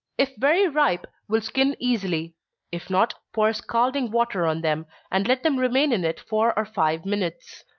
if very ripe will skin easily if not, pour scalding water on them, and let them remain in it four or five minutes.